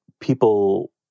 people